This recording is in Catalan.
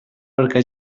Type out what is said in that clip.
perquè